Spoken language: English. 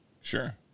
Sure